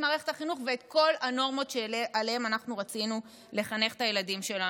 מערכת החינוך ואת כל הנורמות שעליהם אנחנו רצינו לחנך את הילדים שלנו.